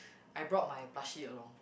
I brought my Plushie along